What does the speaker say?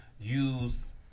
use